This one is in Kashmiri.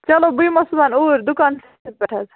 چلو بہٕ یِمو صُبَحن اوٗرۍ دُکانسٕے پٮ۪ٹھ حظ